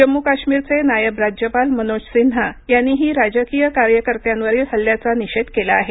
जम्मू काश्मीरचे नायब राज्यपाल मनोज सिन्हा यांनीही राजकीय कार्यकर्त्यांवरील हल्ल्याचा निषेध केला आहे